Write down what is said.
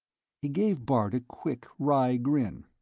he gave bart a quick, wry grin.